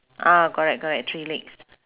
ah correct correct three legs